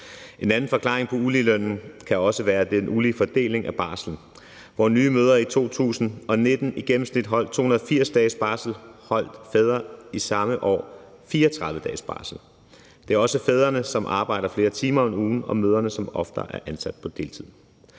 En anden forklaring på uligelønnen kan også være den ulige fordeling af barslen. Hvor nye mødre i 2019 i gennemsnit holdt 280 dages barsel, holdt fædre i samme år 34 dages barsel. Det er også fædrene, som arbejder flere timer om ugen, og mødrene, som oftere er ansat på deltid.